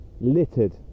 littered